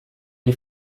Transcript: les